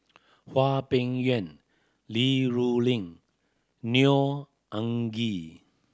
Hwang Peng Yuan Li Rulin Neo Anngee